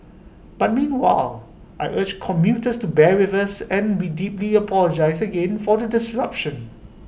but meanwhile I urge commuters to bear with us and we deeply apologise again for the disruption